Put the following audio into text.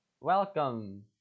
Welcome